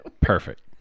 perfect